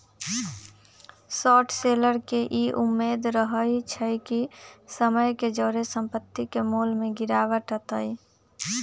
short seller के इ उम्मेद रहइ छइ कि समय के जौरे संपत्ति के मोल में गिरावट अतइ